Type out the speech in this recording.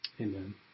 Amen